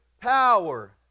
power